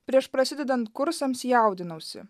prieš prasidedant kursams jaudinausi